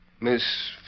Miss